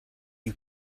you